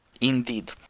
Indeed